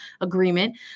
agreement